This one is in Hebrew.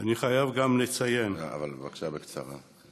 אני חייב גם לציין, בבקשה, בקצרה.